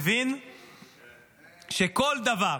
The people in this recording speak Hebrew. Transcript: מבין שכל דבר